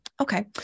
Okay